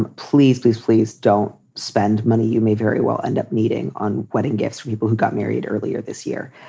and please, please, please don't spend money. you may very well end up meeting on wedding gifts for people who got married earlier this year.